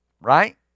right